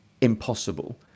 impossible